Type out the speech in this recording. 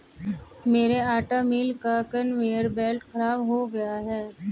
मेरे आटा मिल का कन्वेयर बेल्ट खराब हो गया है